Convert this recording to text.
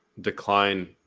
decline